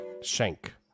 Shank